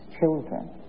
children